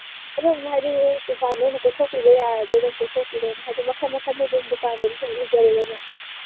ꯑꯗꯨꯝ ꯍꯥꯏꯗꯤ ꯗꯨꯀꯥꯟꯗ ꯑꯣꯏꯅ ꯀꯣꯏꯊꯣꯛꯄꯤꯕ ꯌꯥꯔꯗꯤ ꯑꯗꯨꯝ ꯀꯣꯏꯊꯣꯛꯄꯤꯔꯛꯑꯣꯅꯦ ꯍꯥꯏꯗꯤ ꯃꯈꯟ ꯃꯈꯟꯗꯨ ꯑꯗꯨꯝ ꯗꯨꯀꯥꯟꯗꯗꯤ ꯑꯗꯨꯝ ꯎꯖꯔꯦꯗꯅꯥ